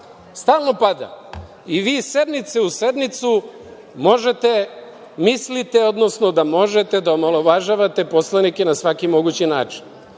stalno pada i vi iz sednice u sednicu možete misliti, odnosno da možete da omalovažavate poslanike na svaki mogući način. Ne